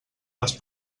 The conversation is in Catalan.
les